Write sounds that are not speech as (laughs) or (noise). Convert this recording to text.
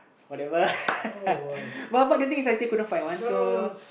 whatever (laughs) but but the thing is I still couldn't find one so